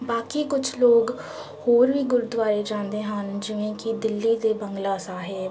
ਬਾਕੀ ਕੁਛ ਲੋਕ ਹੋਰ ਵੀ ਗੁਰਦੁਆਰੇ ਜਾਂਦੇ ਹਨ ਜਿਵੇਂ ਕਿ ਦਿੱਲੀ ਦੇ ਬੰਗਲਾ ਸਾਹਿਬ